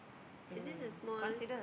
is this a small